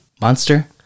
monster